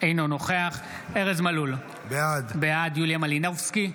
אינו נוכח ארז מלול, בעד יוליה מלינובסקי,